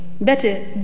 better